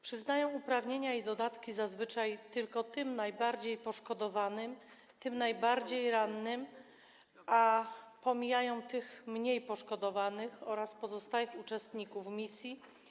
Przyznają uprawnienia i dodatki zazwyczaj tylko tym najbardziej poszkodowanym, tym najbardziej rannym, a pomijają tych mniej poszkodowanych oraz pozostałych uczestników misji.